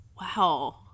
Wow